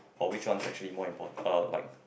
or which one is actually more important uh like